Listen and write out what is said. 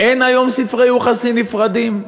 אין היום ספרי יוחסין נפרדים?